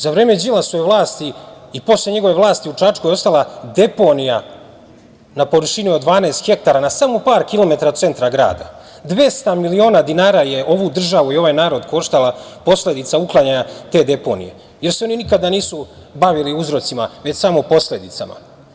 Za vreme Đilasove vlasti i posle njegove vlasti u Čačku je ostala deponija na površini od 12 hektara na samo par kilometara od centra grada, dvesta miliona dinara je ovu državu i ovaj narod koštala posledica uklanjanja te deponije, jer se oni nikada nisu bavili uzrocima već samo posledicama.